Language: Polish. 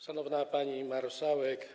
Szanowna Pani Marszałek!